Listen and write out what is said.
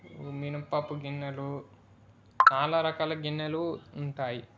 మినప్పప్పు గిన్నెలు చాలా రకాల గిన్నెలు ఉంటాయి